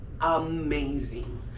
amazing